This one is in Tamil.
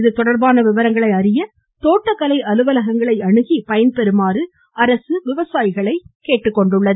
இது தொடர்பான விவரங்களை அறிய தோட்டக்கலை அலுவலகங்களை அணுகி பயன்பெறுமாறு அரசு அறிவித்துள்ளது